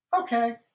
Okay